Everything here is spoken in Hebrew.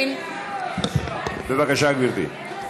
בבקשה, גברתי.